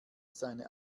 seine